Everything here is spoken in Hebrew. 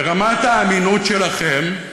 ברמת האמינות שלכם,